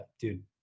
dude